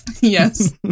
Yes